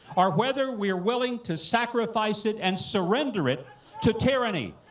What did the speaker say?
or whether we are willing to sacrifice it and surrender it to tyranny.